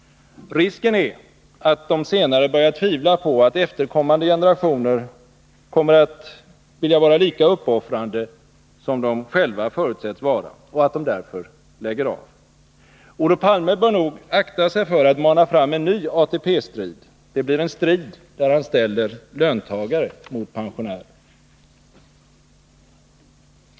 Risken är att de senare börjar tvivla på att efterkommande generationer kommer att vilja vara lika uppoffrande som de själva förutsätts vara och att de därför lägger av. Olof Palme bör noga akta sig för att mana fram en ny ATP-strid. Det blir en strid där han ställer löntagare mot pensionärer.